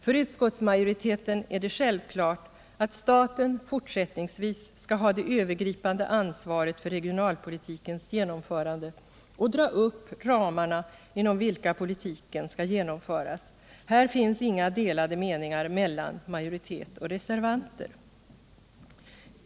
För utskottsmajoriteten är det självklart att staten fortsättningsvis skall ha det övergripande ansvaret för regionalpolitikens utformning och dra upp de ramar inom vilka politiken skall genomföras. Här finns inga delade meningar mellan majoritet och reservanter.